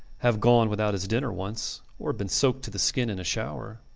have gone without his dinner once, or been soaked to the skin in a shower.